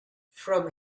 from